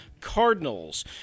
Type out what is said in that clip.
Cardinals